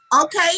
okay